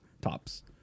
tops